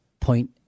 point